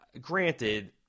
granted